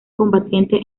combatiente